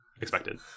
Expected